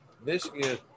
Michigan